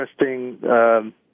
interesting